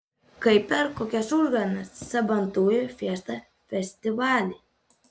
kaip per kokias užgavėnes sabantujų fiestą festivalį